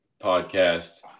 podcast